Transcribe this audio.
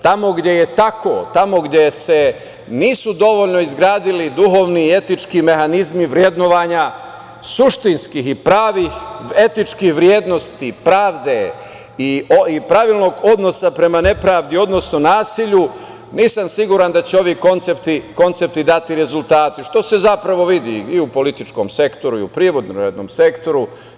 Tamo gde je tako, tamo gde se nisu dovoljno izgradili duhovni i etički mehanizmi vrednovanja, suštinskih i pravih etičkih vrednosti, pravde i pravilnog odnosa prema nepravdi, odnosno nasilju, nisam siguran da će ovi koncepti dati rezultate, što se zapravo vidi i u političkom sektoru, u privrednom sektoru.